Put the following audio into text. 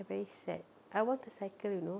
I very sad I want to cycle you know